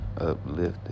uplifted